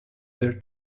their